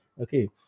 okay